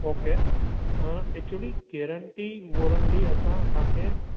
okay actually guarantee warranty असां तव्हां खे